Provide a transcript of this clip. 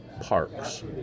parks